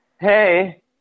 hey